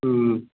हूँ